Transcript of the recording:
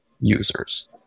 users